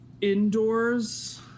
indoors